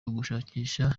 ugushakisha